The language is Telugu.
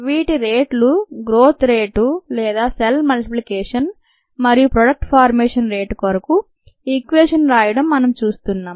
వీటి రేట్లు గ్రోత్ రేట్ లేదా సెల్ మల్టిప్లికేషన్ మరియు ప్రోడక్ట్ ఫార్మేషన్ రేటు కొరకు ఈక్వేషన్స్ రాయడం మనం చూస్తున్నాం